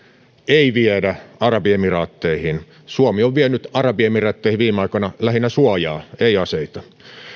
ei viedä arabiemiraatteihin suomi on vienyt arabiemiraatteihin viime aikoina lähinnä suojaa ei aseita